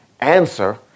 answer